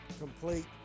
complete